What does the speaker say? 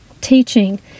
teaching